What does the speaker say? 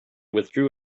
withdrew